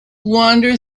wander